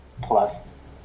plus